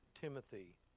Timothy